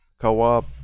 co-op